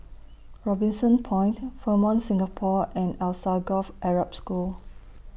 Robinson Point Fairmont Singapore and Alsagoff Arab School